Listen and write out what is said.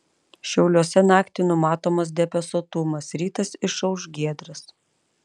šiauliuose naktį numatomas debesuotumas rytas išauš giedras